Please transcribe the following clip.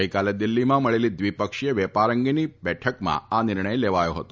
ગઇકાલે દિલ્હીમાં મળેલી દ્વિપક્ષીય વેપાર અંગેની બેઠકમાં આ નિર્ણય લેવાયો હતો